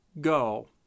Go